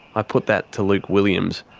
i put that to luke williams,